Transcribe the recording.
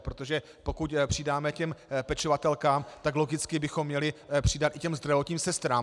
Protože pokud přidáme těm pečovatelkám, tak logicky bychom měli přidat i zdravotním sestrám.